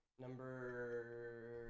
Number